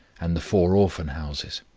and the four orphan-houses.